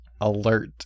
alert